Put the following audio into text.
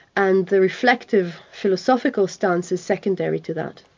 and the reflective philosophical stance is secondary to that.